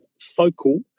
focal